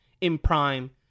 in-prime